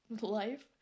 life